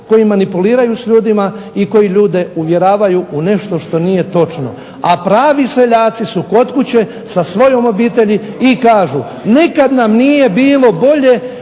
koji manipuliraju s ljudima i koji ljude uvjeravaju u nešto što nije točno. A pravi seljaci su kod kuće sa svojom obitelji, i kažu nikad nam nije bilo bolje